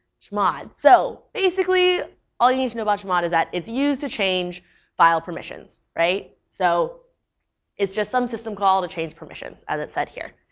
chmod. so basically all you need to know about chmod is that it's used to change file permissions, right? so it's just some systems call it a change permissions, as it says here.